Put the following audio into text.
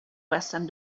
western